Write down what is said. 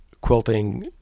quilting